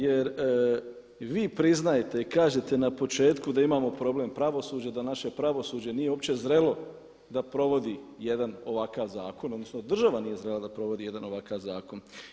Jer vi priznajete i kažete na početku da imamo problem pravosuđa, da naše pravosuđe nije uopće zrelo da provodi jedan ovakav zakon, odnosno država nije zrela da provodi jedan ovakav zakon.